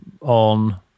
on